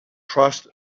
trust